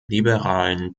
liberalen